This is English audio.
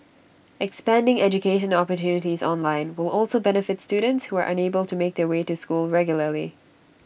expanding education opportunities online will also benefit students who are unable to make their way to school regularly